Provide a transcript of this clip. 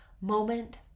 moment